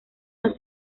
los